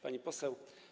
Pani Poseł!